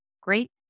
Great